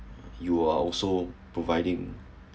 you are also providing